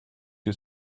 you